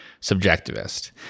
subjectivist